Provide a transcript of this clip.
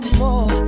more